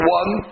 one